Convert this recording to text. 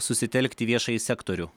susitelkti į viešąjį sektorių